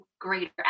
greater